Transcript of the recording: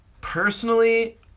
Personally